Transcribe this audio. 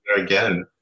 again